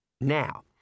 Now